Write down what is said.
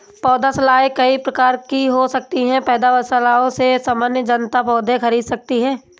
पौधशालाएँ कई प्रकार की हो सकती हैं पौधशालाओं से सामान्य जनता पौधे खरीद सकती है